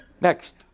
Next